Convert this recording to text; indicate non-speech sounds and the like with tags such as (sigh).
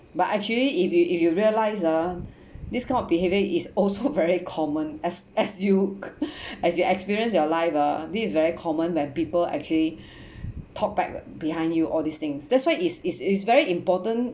but actually if you if you realise ah this kind of behavior is also very common as as you (laughs) as you experience your life ah this is very common where people actually talk bad behind you all these things that's why is is is very important